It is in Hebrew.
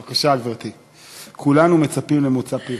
בבקשה, גברתי, כולנו מצפים למוצא פיך.